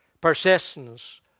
persistence